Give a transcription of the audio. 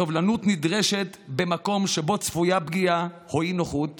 סובלנות נדרשת במקום שבו צפויה פגיעה או אי-נוחות